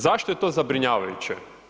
Zašto je to zabrinjavajuće?